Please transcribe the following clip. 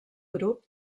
grup